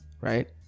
right